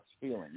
feeling